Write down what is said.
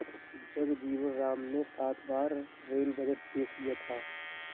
जगजीवन राम ने सात बार रेल बजट पेश किया था